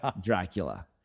Dracula